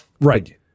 right